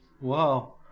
Wow